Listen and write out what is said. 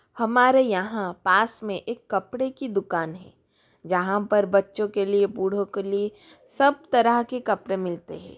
हमारे यहाँ पास में एक कपड़े की दुकान है जहाँ पर बच्चों के लिए बूढ़ों के लिए सब तरह के कपड़े मिलते है